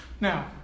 Now